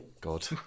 God